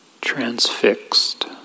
transfixed